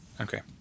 Okay